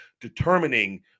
determining